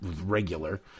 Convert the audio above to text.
regular